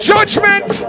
Judgment